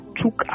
took